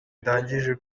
ndangije